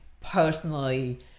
personally